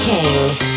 Kings